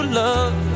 love